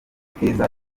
keza